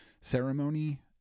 ceremony